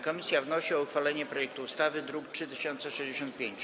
Komisja wnosi o uchwalenie projektu ustawy z druku nr 3065.